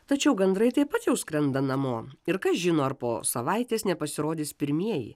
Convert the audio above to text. tačiau gandrai taip pat jau skrenda namo ir kas žino ar po savaitės nepasirodys pirmieji